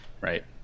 right